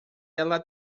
ela